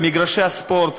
במגרשי הספורט,